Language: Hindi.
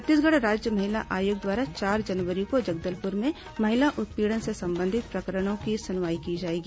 छत्तीसगढ़ राज्य महिला आयोग द्वारा चार जनवरी को जगदलपुर में महिला उत्पीड़न से संबंधित प्रकरणों की सुनवाई की जाएगी